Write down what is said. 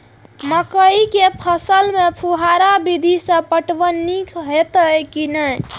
मकई के फसल में फुहारा विधि स पटवन नीक हेतै की नै?